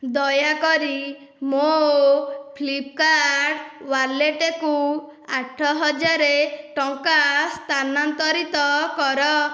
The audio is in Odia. ଦୟାକରି ମୋ ଫ୍ଲିପ୍କାର୍ଟ୍ ୱାଲେଟ୍କୁ ଆଠହଜାର ଟଙ୍କା ସ୍ଥାନାନ୍ତରିତ କର